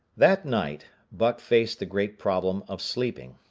that night buck faced the great problem of sleeping.